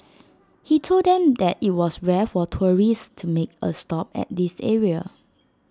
he told them that IT was rare for tourists to make A stop at this area